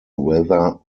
weather